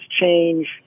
change